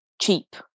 cheap